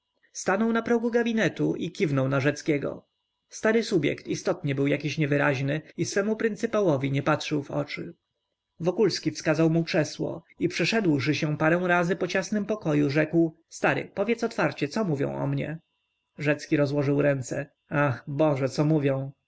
stanął na progu gabinetu i kiwnął na rzeckiego stary subjekt istotnie był jakiś niewyraźny i swemu pryncypałowi nie patrzył w oczy wokulski wskazał mu krzesło i przeszedłszy się parę razy po ciasnym pokoju rzekł stary powiedz otwarcie co mówią o mnie rzecki rozłożył ręce ach boże co mówią